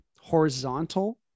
horizontal